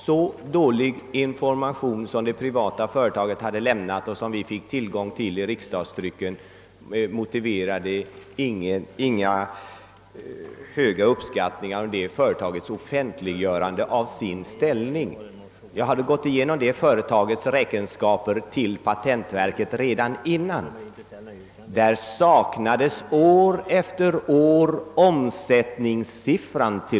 Den dåliga information som det privata företaget hade lämnat och som vi fick tillgång till i riksdagstrycket motiverade inte någon hög uppskattning av företagets offentliggörande av sin ställning. Jag hade gått igenom räkenskaperna till patentverket. År efter år saknades t.o.m. omsättningssiffran.